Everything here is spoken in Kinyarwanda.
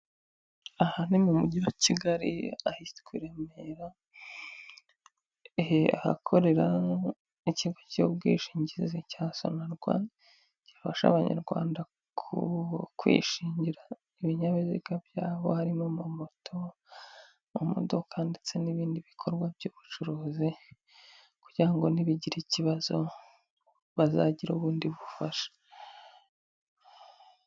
Aha ni mu mujyi wa Kigali ahitwa i Remera, ahakorera ikigo cy'ubwishingizi cya Sonarwa gifasha abanyarwanda kwishingira ibinyabiziga byabo harimo amamoto, amamodoka ndetse n'ibindi bikorwa by'ubucuruzi. Kugira ngo nibigira ikibazo bazagira ubundi bufasha.